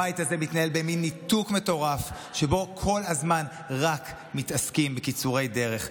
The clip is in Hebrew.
הבית הזה מתנהל במעין ניתוק מטורף שבו כל הזמן רק מתעסקים בקיצורי דרך,